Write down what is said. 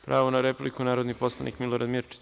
Pravo na repliku, narodni poslanik Milorad Mirčić.